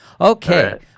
Okay